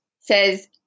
says